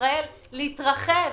ישראל להתרחב,